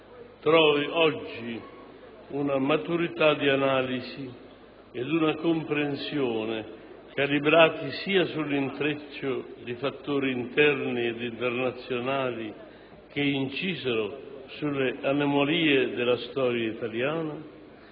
trovi oggi una maturità di analisi ed una comprensione calibrate sia sull'intreccio di fattori interni ed internazionali che incisero sulle anomalie della storia italiana,